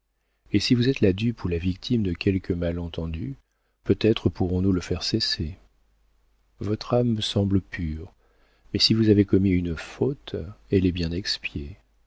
et si vous êtes la dupe ou la victime de quelque malentendu peut-être pourrons-nous le faire cesser votre âme me semble pure mais si vous avez commis une faute elle est bien expiée